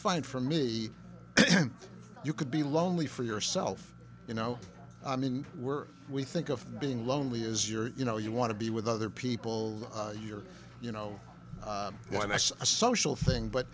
find for me and you could be lonely for yourself you know i mean we're we think of being lonely is your you know you want to be with other people you're you know one that's a social thing but